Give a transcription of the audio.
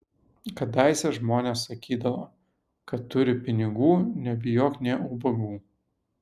kadaise žmonės sakydavo kad turi pinigų nebijok nė ubagų